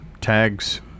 tags